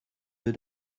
deux